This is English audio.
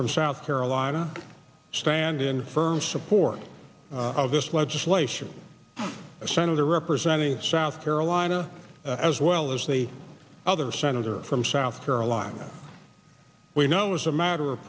from south carolina standing firm support of this legislation senator representing south carolina as well as the other senator from south carolina we know as a matter of